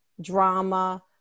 drama